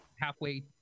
halfway